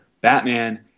Batman